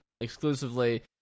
exclusively